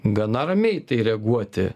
gana ramiai reaguoti